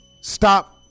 Stop